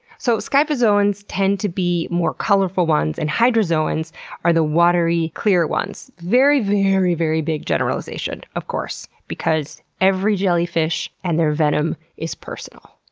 so scyphozoans tend to be more colorful ones and hydrozoans are the watery clear ones. very very very big generalization, of course, because every jellyfish and their venom is personal.